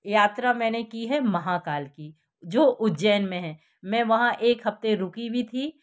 यात्रा मैंने की है महाकाल की जो उज्जैन में हैं मैं वहाँ एक हफ्ते रुकी भी थी